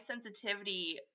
sensitivity